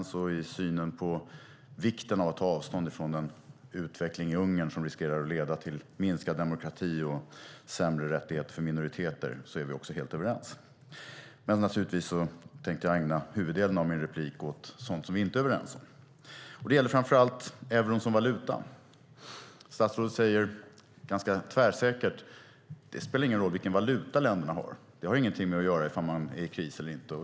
Vi är också helt överens i synen på vikten av att ta avstånd från den utveckling i Ungern som riskerar att leda till minskad demokrati och sämre rättigheter för minoriteter. Men naturligtvis tänkte jag ägna huvuddelen av min replik åt sådant som vi inte är överens om. Det gäller framför allt euron som valuta. Statsrådet säger ganska tvärsäkert att det inte spelar någon roll vilken valuta länderna har, att det inte har någonting att göra med ifall man är i kris eller inte.